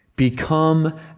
Become